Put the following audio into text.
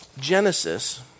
Genesis